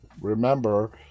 remember